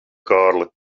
kārli